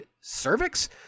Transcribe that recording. cervix